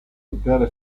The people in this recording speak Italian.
intere